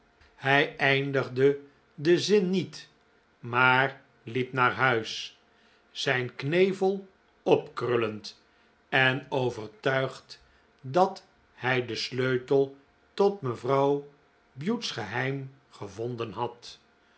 hij eindigde den zin niet maar liep naar huis zijn knevel opkrullend en overtuigd dat hij den sleutel tot mevrouw bute's geheim gevonden had